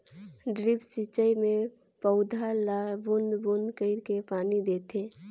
drip सिंचई मे पउधा ल बूंद बूंद कईर के पानी देथे